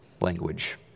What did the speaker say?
language